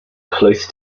close